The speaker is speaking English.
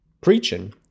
preaching